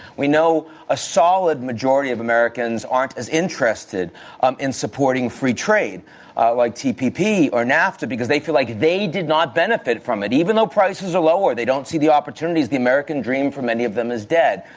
we know a solid majority of americans aren't as interested um in supporting free trade like tpp or nafta because they feel like they did not benefit from it. even though prices are lower, they don't see the opportunities. the american dream for many of them is dead.